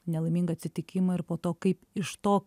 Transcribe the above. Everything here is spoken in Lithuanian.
nelaimingą atsitikimą ir po to kaip iš to